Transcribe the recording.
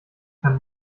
kann